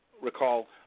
recall